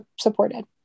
supported